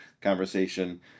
conversation